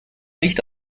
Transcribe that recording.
nicht